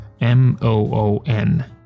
M-O-O-N